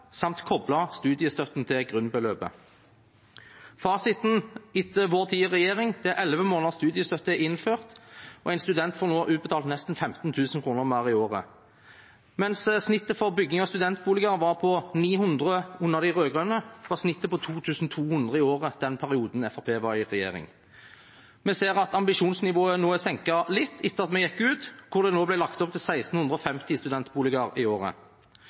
samt koble studiestøtten til grunnbeløpet. Fasiten etter vår tid i regjering er at 11 måneders studiestøtte er innført, og en student får nå utbetalt nesten 15 000 kr mer i året. Mens snittet for bygging av studentboliger var på 900 under de rød-grønne, var snittet på 2 200 i året den perioden Fremskrittspartiet var i regjering. Vi ser at ambisjonsnivået er senket litt etter at vi gikk ut, og at det nå blir lagt opp til 1 650 studentboliger i året.